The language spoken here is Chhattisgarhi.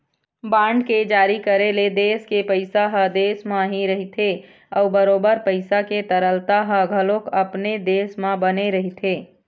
बांड के जारी करे ले देश के पइसा ह देश म ही रहिथे अउ बरोबर पइसा के तरलता ह घलोक अपने देश म बने रहिथे